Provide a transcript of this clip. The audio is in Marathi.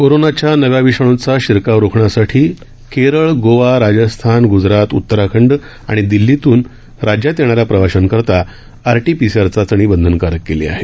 कोरोनाच्या नवा विषाण्चा शिरकाव रोखण्यासाठी केरळ गोवा राजस्थान ग्जरात उत्तराखंड आणि दिल्लीतून राज्यात येणाऱ्या प्रवाशांसाठी आरटीपीसीआर चाचणी बंधनकारक केली आहे